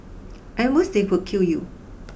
at most they could kill you